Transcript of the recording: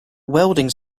welding